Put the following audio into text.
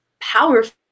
powerful